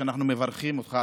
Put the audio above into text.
ואנחנו מברכים אותך,